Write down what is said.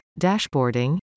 dashboarding